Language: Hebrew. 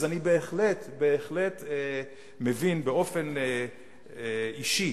אז אני בהחלט מבין, באופן אישי,